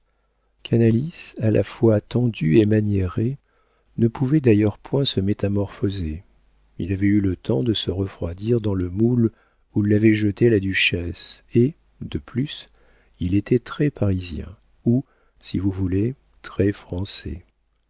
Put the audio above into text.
canalis à la fois tendu et maniéré ne pouvait d'ailleurs point se métamorphoser il avait eu le temps de se refroidir dans le moule où l'avait jeté la duchesse et de plus il était très parisien ou si vous voulez très français